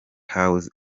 house